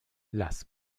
lass